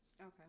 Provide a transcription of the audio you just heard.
Okay